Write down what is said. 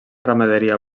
ramaderia